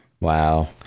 Wow